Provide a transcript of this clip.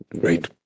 Great